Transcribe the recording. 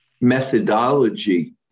methodology